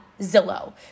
Zillow